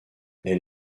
elle